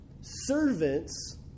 servants